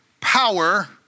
power